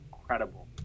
incredible